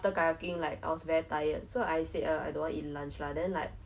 why are your camps so exciting all the camps I remember all